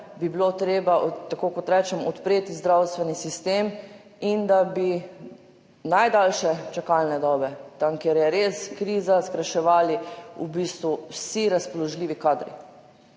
bi bilo treba, tako kot rečem, odpreti zdravstveni sistem in da bi najdaljše čakalne dobe tam, kjer je res kriza, skrajševali v bistvu vsi razpoložljivi kadri.